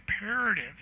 imperative